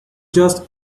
just